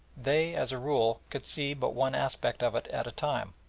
they, as a rule, can see but one aspect of it at a time.